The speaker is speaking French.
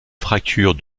fracture